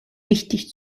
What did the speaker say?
wichtig